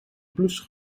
blouse